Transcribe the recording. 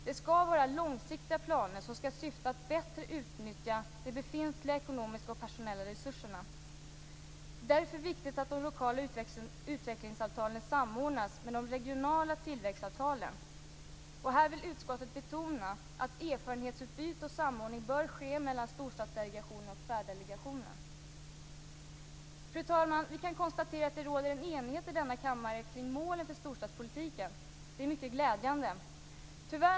Det skall vara långsiktiga planer som skall syfta till ett bättre utnyttjande av de befintliga ekonomiska och personella resurserna. Det är därför viktigt att de lokala utvecklingsavtalen samordnas med de regionala tillväxtavtalen. Här vill utskottet betona att erfarenhetsutbyte och samordning bör ske mellan Storstadsdelegationen och Tvärdelegationen. Fru talman! Vi kan konstatera att det råder en enighet i denna kammare kring målen för storstadspolitiken. Det är mycket glädjande.